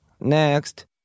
next